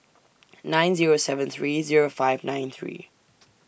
nine Zero seven three Zero five nine three